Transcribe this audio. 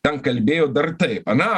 ten kalbėjo dar tai ane